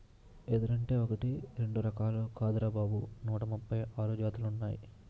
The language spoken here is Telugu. ఎదురంటే ఒకటీ రెండూ రకాలు కాదురా బాబూ నూట ముప్పై ఆరు జాతులున్నాయ్